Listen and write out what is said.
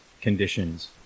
conditions